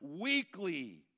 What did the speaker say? weekly